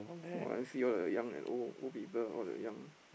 !woah! I see all the young and old old people all the young